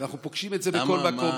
אנחנו פוגשים את זה בכל מקום,